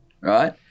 right